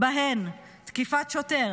ובהן תקיפת שוטר,